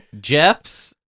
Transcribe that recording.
Jeff's